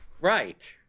Right